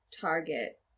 target